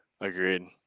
Agreed